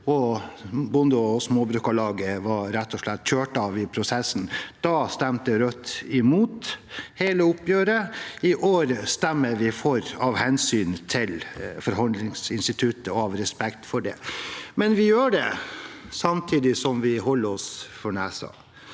Bonde- og Småbrukarlaget var rett og slett kjørt ut av prosessen. Da stemte Rødt imot hele oppgjøret. I år stemmer vi for av hensyn til forhandlingsinstituttet og av respekt for det. Vi gjør det samtidig som vi holder oss for nesen,